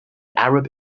arab